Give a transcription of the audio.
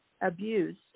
abused